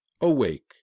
awake